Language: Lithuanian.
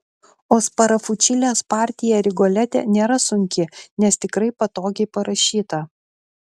o sparafučilės partija rigolete nėra sunki nes tikrai patogiai parašyta